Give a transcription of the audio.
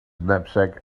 knapsack